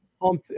Home